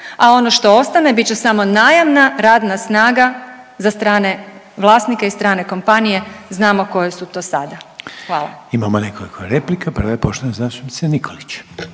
a ono što ostane bit će samo najamna radna snaga za strane vlasnike i strane kompanije. Znamo koje su to sada. Hvala. **Reiner, Željko (HDZ)** Imamo nekoliko replika. Prva je poštovana zastupnica Nikolić.